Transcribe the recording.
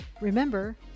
remember